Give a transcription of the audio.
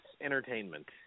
entertainment